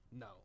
No